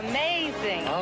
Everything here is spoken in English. Amazing